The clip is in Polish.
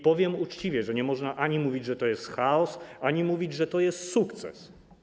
Powiem uczciwie, że nie można ani mówić, że to jest chaos, ani mówić, że to jest sukces.